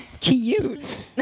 Cute